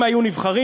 אם היו נבחרים,